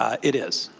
ah it is.